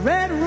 Red